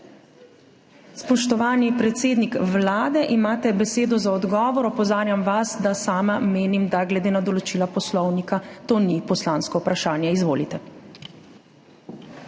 Spoštovani predsednik Vlade, imate besedo za odgovor. Opozarjam vas, da sama menim, da glede na določila Poslovnika to ni poslansko vprašanje. Izvolite.